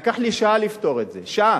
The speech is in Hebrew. לקח לי שעה לפתור את זה, שעה.